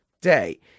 day